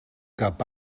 cap